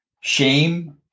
Shame